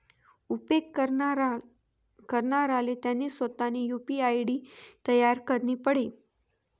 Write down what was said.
उपेग करणाराले त्यानी सोतानी यु.पी.आय आय.डी तयार करणी पडी